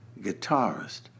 guitarist